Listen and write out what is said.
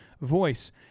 voice